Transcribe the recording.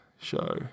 show